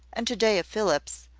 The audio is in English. and to-day of philip's,